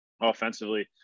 offensively